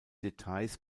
details